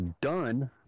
done